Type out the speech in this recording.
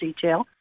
detail